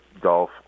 golf